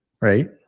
Right